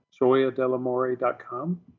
joyadelamore.com